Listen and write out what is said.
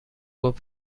گفت